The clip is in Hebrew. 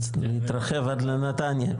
זה יתרחב עד לנתניה,